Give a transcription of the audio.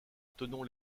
thonon